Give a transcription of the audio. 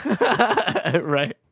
right